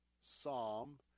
Psalm